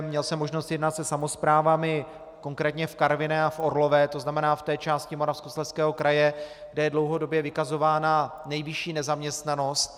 Měl jsem možnost jednat se samosprávami konkrétně v Karviné a v Orlové, to znamená v té části Moravskoslezského kraje, kde je dlouhodobě vykazována nejvyšší nezaměstnanost.